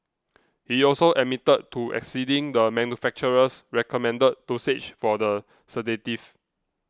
he also admitted to exceeding the manufacturer's recommended dosage for the sedative